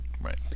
Right